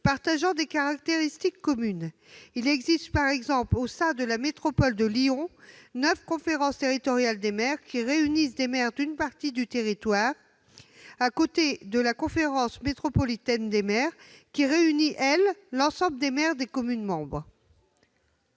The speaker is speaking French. partageant des caractéristiques communes. Il existe, par exemple, au sein de la métropole de Lyon, neuf conférences territoriales des maires, qui réunissent les maires d'une partie du territoire, à côté de la conférence métropolitaine des maires, qui réunit, elle, l'ensemble des maires des communes membres.